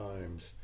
Times